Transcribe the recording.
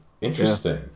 interesting